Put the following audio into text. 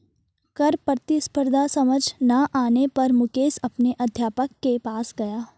कर प्रतिस्पर्धा समझ ना आने पर मुकेश अपने अध्यापक के पास गया